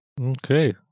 Okay